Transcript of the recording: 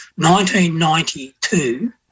1992